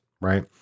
right